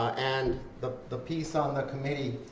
and the the piece on the committee,